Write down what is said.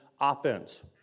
offense